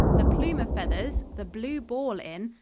the plume of feathers, the blue ball inn,